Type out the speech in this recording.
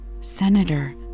Senator